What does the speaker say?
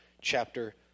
chapter